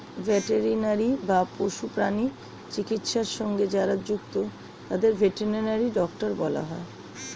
veterinary বা পশু প্রাণী চিকিৎসা সঙ্গে যারা যুক্ত তাদের ভেটেরিনারি ডক্টর বলা হয়